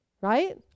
Right